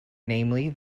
namely